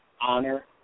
honor